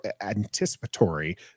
anticipatory